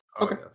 okay